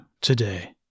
today